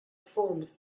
forms